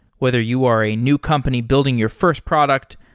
whether you are a new company building your first product,